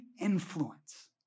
influence